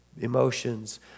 emotions